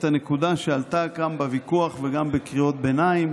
את הנקודה שעלתה כאן בוויכוח וגם בקריאות הביניים.